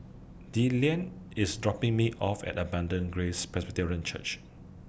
Dillan IS dropping Me off At Abundant Grace Presbyterian Church